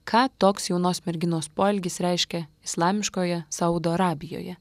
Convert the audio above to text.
ką toks jaunos merginos poelgis reiškia islamiškoje saudo arabijoje